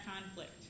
conflict